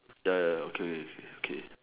ya ya ya okay okay okay